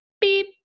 beep